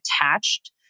attached